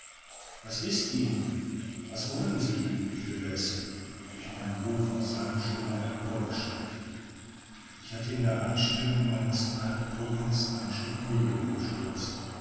was ist ihnen was wollen sie rief levesque durch meinen ruf aus seinem schlummer emporgeschreckt ich hatte in der anstrengung meines alpdrückens ein stück möbel umgestürzt